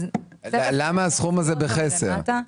למה הסכום הזה בחסר?